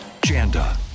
Janda